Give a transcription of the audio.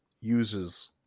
uses